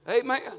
Amen